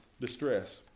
distress